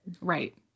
Right